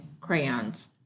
crayons